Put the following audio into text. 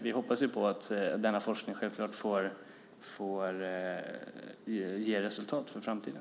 Vi hoppas självfallet att denna forskning ger resultat för framtiden.